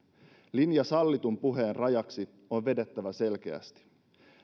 linja sallitun puheen rajaksi on vedettävä selkeästi